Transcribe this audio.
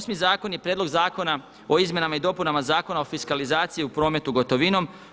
Osmi zakon je Prijedlog zakona o izmjenama i dopunama zakona o fiskalizaciji u prometu gotovinom.